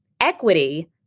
Equity